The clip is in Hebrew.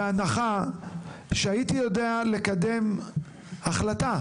בהנחה שהייתי יודע לקדם החלטה